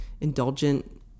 indulgent